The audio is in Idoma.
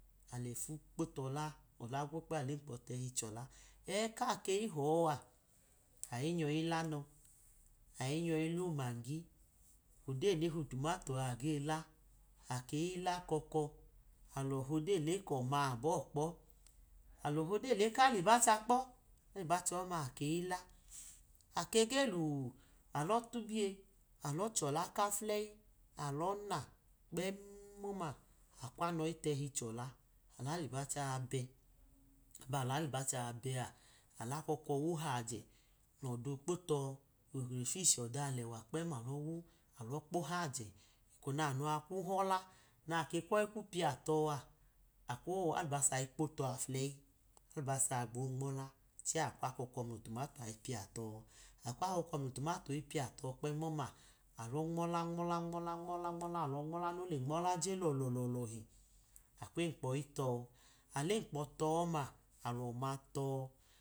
Alẹfu kpo tọla lọla gwo kpem alemkpo tẹhi chola, ẹka ke họ a, ayi nyọ ilumagi, odeyi nehu tumato a age la, akọk alọ họdeyi lekọma abọ kpọ, alọ hodeyi le kalubacha kpọ alubasa ọma ake ila, ake lu, alọ tubiye, alọ chọla kafulẹyi alọ na kpem ọma akwanọ itehi chọla, alahubacha be aba lahubaso a bẹ a, alo kọkọ wu hajẹ mulodo kpo tọ, krefishi ọda alewa kpem, alọ wu alọ kpo hajẹ, eko nanọ a kwu họla nake kwoyi kwu piyatọ a, akwaluba ikpo to afuleyi, atuba gbo nmọla, chẹ akwu akọkọ mlotumato a ipiyatọ, akwu akọkọ mlotumato a ipiyatọ kpem ọma alọ nmọla nmọla nmọla nmola no le nmọ je lọlọhi akwu emkpo tọ, alemkpo tọ ọma alọma tọ.